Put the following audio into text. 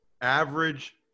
average